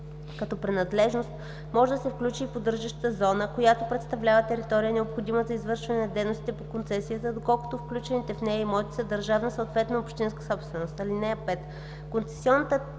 като принадлежност може да се включи и поддържаща зона, която представлява територия, необходима за извършване на дейностите по концесията, доколкото включените в нея имоти са държавна, съответно общинска собственост.